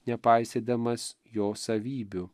nepaisydamas jo savybių